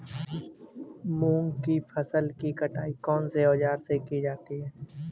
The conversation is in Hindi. मूंग की फसल की कटाई कौनसे औज़ार से की जाती है?